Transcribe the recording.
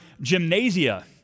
gymnasia